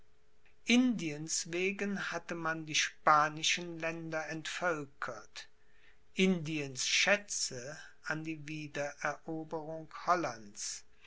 indiens wegen hatte man die spanischen länder entvölkert indiens schätze an die wiedereroberung hollands